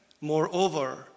moreover